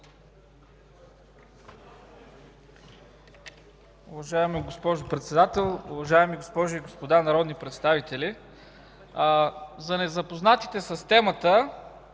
Уважаема госпожо Председател, уважаеми госпожи и господа народни представители! За незапознатите с темата